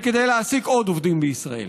וכדי להעסיק עוד עובדים בישראל.